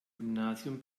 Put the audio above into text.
gymnasium